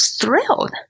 thrilled